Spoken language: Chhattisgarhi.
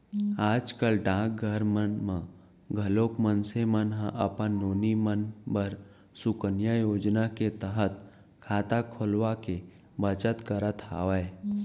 आज कल डाकघर मन म घलोक मनसे मन ह अपन नोनी मन बर सुकन्या योजना के तहत खाता खोलवाके बचत करत हवय